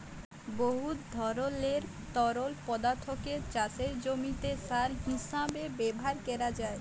বহুত ধরলের তরল পদাথ্থকে চাষের জমিতে সার হিঁসাবে ব্যাভার ক্যরা যায়